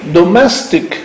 domestic